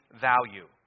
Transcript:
value